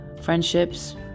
friendships